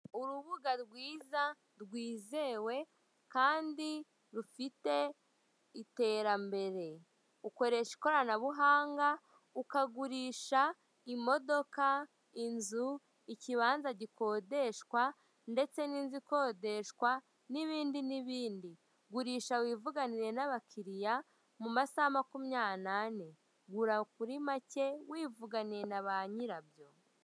Urubuga rwiza rwizewe kandi rufite iterambere, ukoresha ikoranabuhanga ukagurisha imodoka, inzu, ikibanza gikodeshwa ndetse n'inzu ikodeshwa n'ibindi n'ibindi. Gurisha wivugani n'abakiriya mu masaha makumyari n'ane. Gura kuri make wivuganiye na ba nyirabyo.